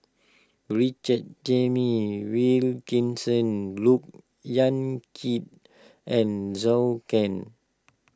Richard James Wilkinson Look Yan Kit and Zhou Can